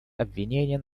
обвинения